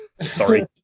Sorry